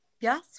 yes